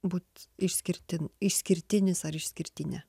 būt išskirtin išskirtinis ar išskirtinė